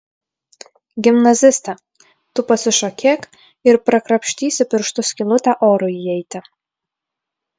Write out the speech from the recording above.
gimnaziste tu pasišokėk ir prakrapštysi pirštu skylutę orui įeiti